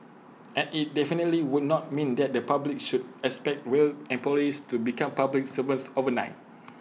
and IT definitely would not mean that the public should expect rail employees to become public servants overnight